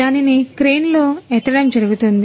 దానిని క్రేన్లో ఎత్తడం జరుగుతుంది